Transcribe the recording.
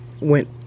went